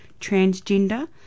transgender